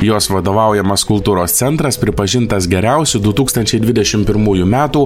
jos vadovaujamas kultūros centras pripažintas geriausiu du tūkstančiai dvidešim pirmųjų metų